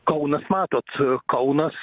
kaunas matot kaunas